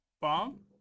Bomb